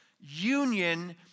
union